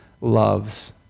loves